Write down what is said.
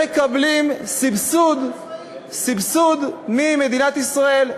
והם מקבלים סבסוד ממדינת ישראל.